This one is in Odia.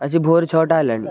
ଆସି ଭୋର ଛଅଟା ହେଲାଣି